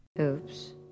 Oops